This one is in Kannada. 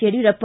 ಯಡಿಯೂರಪ್ಪ